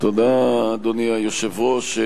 אדוני היושב-ראש,